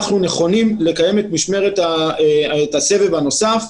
אנחנו נכונים לקיים את הסבב הנוסף.